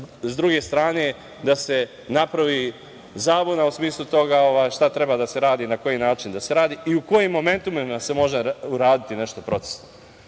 sa druge strane da se napravi zabuna u smislu toga šta treba da se radi, na koji način da se radi i u kojim momentima se može uraditi nešto procesno. Prvo